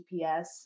GPS